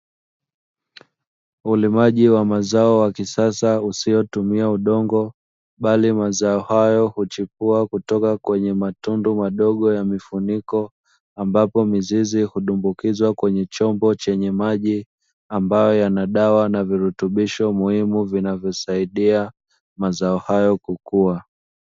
Ulimaji wa mazao wa kisasa usiotumia udongo bali mazao hayo hukua kutoka kwenye matundu madogomadogo ya mifuniko, ambapo mizizi hudumbukizwa kwenye chombo chenye maji, ambayo yana dawa na virutubisho muhimu vinavyosaidia mazao hayo kukua.